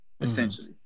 essentially